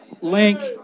Link